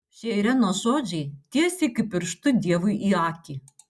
šie irenos žodžiai tiesiai kaip pirštu dievui į akį